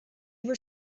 were